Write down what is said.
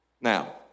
Now